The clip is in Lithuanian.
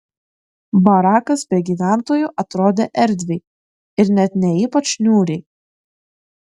barakas be gyventojų atrodė erdviai ir net ne ypač niūriai